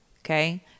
okay